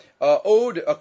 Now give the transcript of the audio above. owed